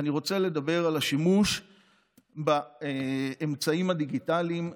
ואני רוצה לדבר על השימוש באמצעים הדיגיטליים,